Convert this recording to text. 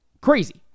Crazy